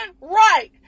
right